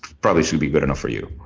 probably should be good enough for you.